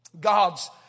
God's